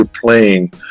playing